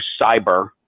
cyber